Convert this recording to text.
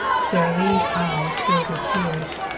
sara lee's eyes filled with tears.